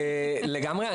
לגמרי.